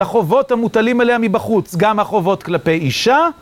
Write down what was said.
החובות המוטלים עליה מבחוץ, גם החובות כלפי אישה.